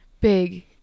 big